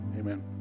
Amen